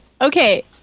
Okay